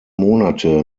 monate